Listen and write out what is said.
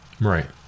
Right